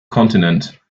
continent